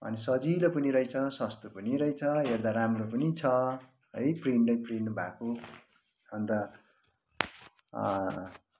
अनि सजिलो पनि रहेछ सस्तो पनि रहेछ हेर्दा राम्रो पनि छ है प्रिन्ट नै प्रिन्ट भएको अन्त